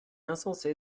insensé